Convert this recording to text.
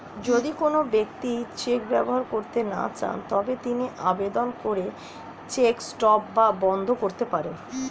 যদি কোন ব্যক্তি চেক ব্যবহার করতে না চান তবে তিনি আবেদন করে চেক স্টপ বা বন্ধ করতে পারেন